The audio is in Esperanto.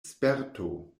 sperto